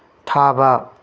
ꯊꯥꯕ